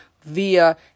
via